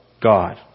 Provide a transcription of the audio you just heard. God